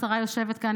השרה יושבת כאן,